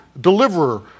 deliverer